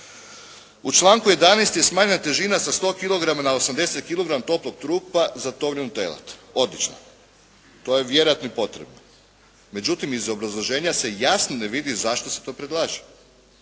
U članku 11. je smanjena težina sa 100 kilograma na 80 kilograma toplog trupla za tovljenu telad, odlično, to je vjerojatno i potrebno. Međutim iz obrazloženja se jasno ne vidi zašto se to ne predlaže,